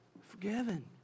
forgiven